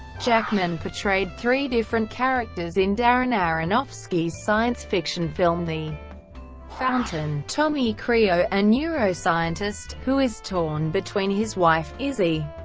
jackman portrayed three different characters in darren aronofsky's science-fiction film the fountain tommy creo, a neuroscientist, who is torn between his wife, izzi,